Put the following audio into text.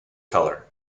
color